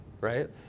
right